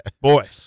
boy